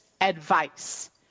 advice